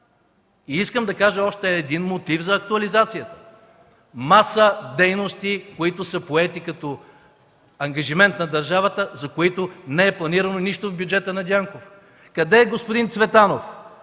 Искам да кажа още един мотив за актуализацията – маса дейности, които са поети като ангажимент на държавата, за които не е планирано нищо в бюджета на Дянков! Къде е господин Цветанов,